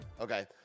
Okay